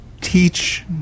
teach